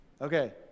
Okay